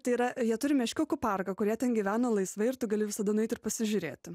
tai yra jie turi meškiukų parką kur jie ten gyvena laisvai ir tu gali visada nueit ir pasižiūrėti